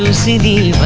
see the